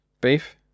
Beef